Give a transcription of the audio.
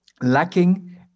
lacking